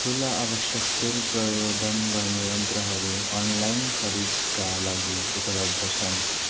ठुला आवश्यक तेल प्रशोधन गर्ने यन्त्रहरू अनलाइन खरिदका लागि उपलब्ध छन्